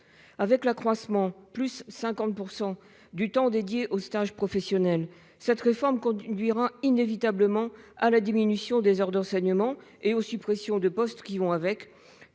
Avec un accroissement de 50 % du temps dédié aux stages professionnels, cette réforme entraînera inévitablement une diminution des heures d'enseignement et les suppressions de postes qui vont avec,